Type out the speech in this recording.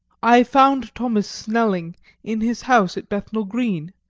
i found thomas snelling in his house at bethnal green,